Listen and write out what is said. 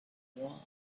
wall